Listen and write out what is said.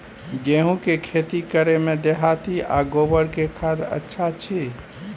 गेहूं के खेती करे में देहाती आ गोबर के खाद अच्छा छी?